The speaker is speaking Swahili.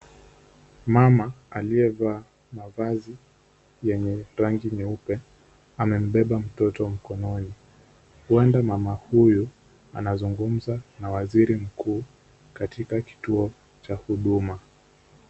Mama aliyevaa mavazi yenye rangi nyeupe amembeba mtoto mkononi. Huenda mama huyu anazungumza na waziri mkuu katika kituo cha huduma.